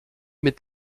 mit